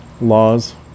Laws